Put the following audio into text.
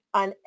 on